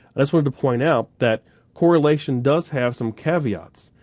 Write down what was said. i just wanted to point out that correlation does have some caveats,